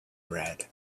red